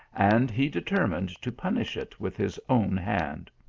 and he determined to punish it with his own hand.